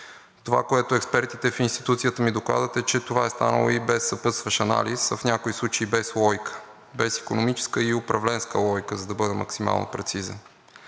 Това, което експертите в институцията ми докладват, че това е станало и без съпътстващ анализ, а в някои случаи и без логика. Без икономическа и управленска логика, за да бъда максимално прецизен.